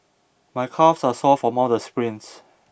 my calves are sore from all the sprints